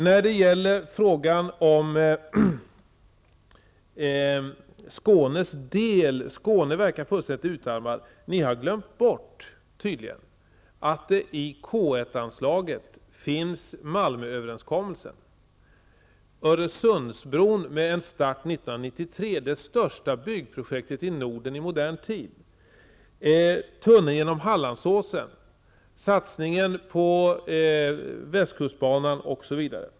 Det verkar på anförandena här som om Skåne skulle vara fullständigt utarmat. Då har ni glömt bort att i anslaget under K 1 finns Malmööverenskommelsen. Vi har Öresundsbron med en start 1993, det största byggprojektet i Norden i modern tid. Vi har tunneln genom Hallandsåsen, satsningar på västkustbanan osv.